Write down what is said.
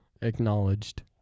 Acknowledged